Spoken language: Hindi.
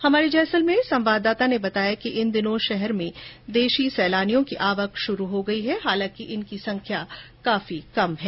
हमारे जैसलमेर संवाददाता ने बताया कि इन दिनों शहर में देशी सैलानियों की आवक शुरू हो गई है हालांकि इनकी संख्या काफी कम है